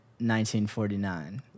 1949